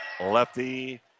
Lefty